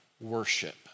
worship